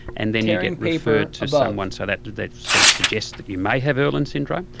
and then you get referred to someone, so that that sort of suggests that you may have irlen syndrome,